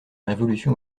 révolution